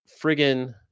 friggin